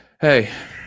Hey